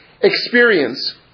experience